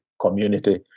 community